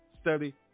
Study